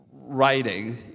writing